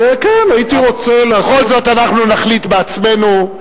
ובכל זאת אנחנו נחליט בעצמנו.